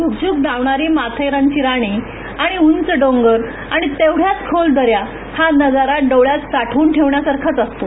झुकझुक धावणारी माथेरानची राणी आणि उंच डोंगर आणि तेवढ्याच खोल दन्या हा नजारा डोळ्यात साठवून ठेवण्यासाऱखाच असतो